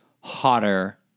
hotter